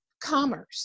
commerce